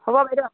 হ'ব বাইদেউ